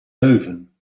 leuven